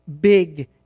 big